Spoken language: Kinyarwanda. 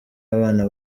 abana